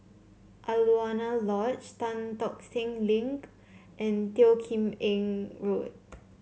Alaunia Lodge Tan Tock Seng Link and Teo Kim Eng Road